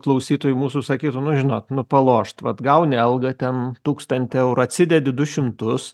klausytojai mūsų sakytų nu žinot nu palošt vat gauni algą ten tūkstantį eurų atsidedi du šimtus